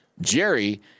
Jerry